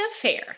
Fair